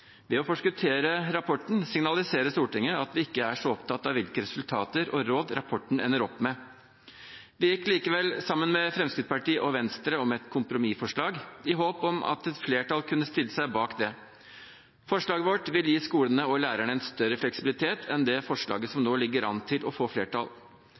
Ved å forskuttere rapporten signaliserer Stortinget at vi ikke er så opptatt av hvilke resultater og råd rapporten ender opp med. Vi gikk likevel sammen med Fremskrittspartiet og Venstre om et kompromissforslag, i håp om at et flertall kunne stille seg bak det. Forslaget vårt vil gi skolene og lærerne en større fleksibilitet enn det forslaget som nå ligger an til å få flertall.